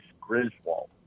griswold